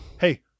Hey